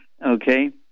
Okay